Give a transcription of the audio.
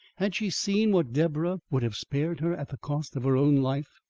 had she seen what deborah would have spared her at the cost of her own life?